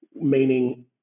meaning